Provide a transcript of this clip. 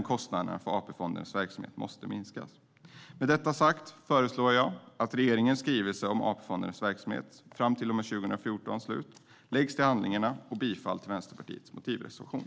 Kostnaderna för AP-fondernas verksamhet måste även minskas. Med detta sagt föreslår jag att regeringens skrivelse om AP-fondernas verksamhet fram till och med 2014 läggs till handlingarna. Jag yrkar bifall till Vänsterpartiets motivreservation.